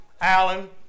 Alan